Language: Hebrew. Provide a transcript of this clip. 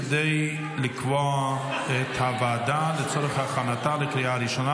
כדי לקבוע את הוועדה לצורך הכנתה לקריאה ראשונה.